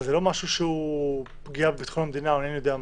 וזה לא פגיעה בביטחון המדינה או משהו כזה,